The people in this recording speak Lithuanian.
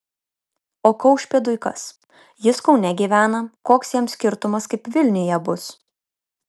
o kaušpėdui kas jis kaune gyvena koks jam skirtumas kaip vilniuje bus